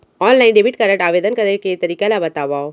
Online debit card आवेदन करे के तरीका ल बतावव?